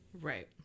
Right